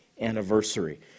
anniversary